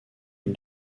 une